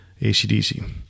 ACDC